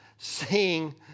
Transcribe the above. Seeing